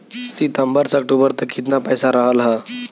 सितंबर से अक्टूबर तक कितना पैसा रहल ह?